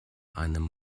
einem